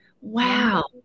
Wow